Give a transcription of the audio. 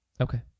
Okay